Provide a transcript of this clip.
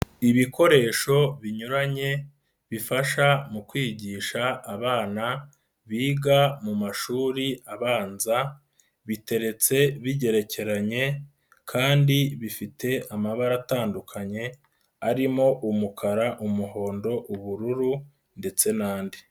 Ibikoresho binyuranye bifasha mu kwigisha abana biga mu mashuri abanza, biteretse bigerekeranye kandi bifite amabara atandukanye arimo: umukara, umuhondo, ubururu ndetse n'andi.